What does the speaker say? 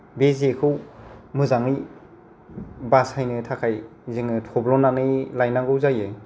बे जेखौ मोजाङै बासायनो थाखाय जोङो थब्ल'नानै लायनांगौ जायो